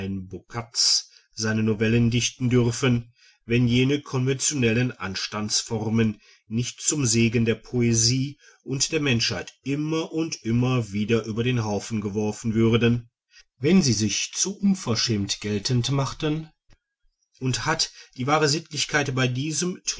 seine novellen dichten dürfen wenn jene konventionellen anstandsformen nicht zum segen der poesie und der menschheit immer und immer wieder über den haufen geworfen würden wenn sie sich zu unverschämt geltend machten und hat die wahre sittlichkeit bei diesem